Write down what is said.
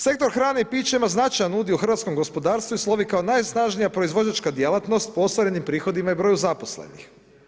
Sektor hrane i pića ima značajan udio u hrvatskom gospodarstvu i slovi kao najsnažnija proizvođačka djelatnost po ostvarenim prihodima i broju zaposlenih.